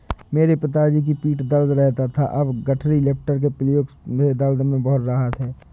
मेरे पिताजी की पीठ दर्द रहता था अब गठरी लिफ्टर के प्रयोग से दर्द में बहुत राहत हैं